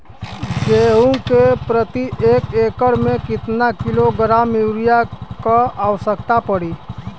गेहूँ के प्रति एक एकड़ में कितना किलोग्राम युरिया क आवश्यकता पड़ी?